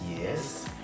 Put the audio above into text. Yes